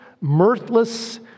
mirthless